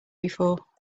before